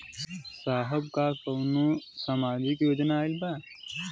साहब का कौनो सामाजिक योजना आईल बा?